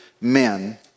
men